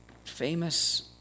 famous